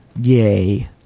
yay